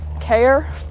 care